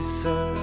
sir